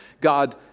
God